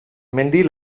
mendi